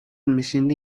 میشینی